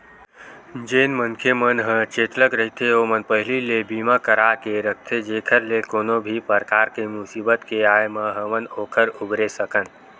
जेन मनखे मन ह चेतलग रहिथे ओमन पहिली ले बीमा करा के रखथे जेखर ले कोनो भी परकार के मुसीबत के आय म हमन ओखर उबरे सकन